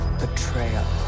betrayal